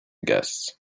guests